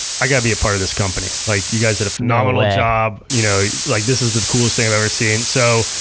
i gotta be a part of this company. like you guys did a phenomenal job. you know like this is the coolest thing i've ever seen. so,